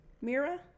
Mira